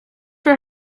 for